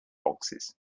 boxes